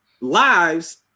lives